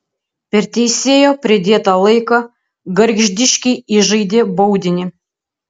per teisėjo pridėtą laiką gargždiškiai įžaidė baudinį